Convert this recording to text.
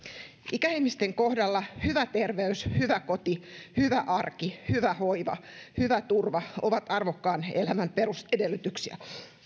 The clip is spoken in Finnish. ikäihmisten kohdalla hyvä terveys hyvä koti hyvä arki hyvä hoiva ja hyvä turva ovat arvokkaan elämän perusedellytyksiä